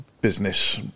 business